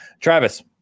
travis